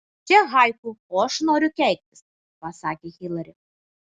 čia haiku o aš noriu keiktis pasakė hilari